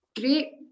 great